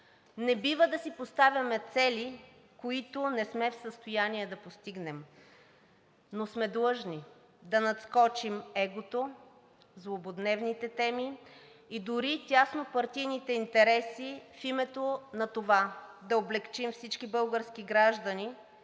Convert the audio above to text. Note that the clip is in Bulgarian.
Не бива да си поставяме цели, които не сме в състояние да постигнем, но сме длъжни да надскочим егото, злободневните теми и дори тяснопартийните интереси в името на това да облекчим всички български граждани,